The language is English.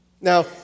Now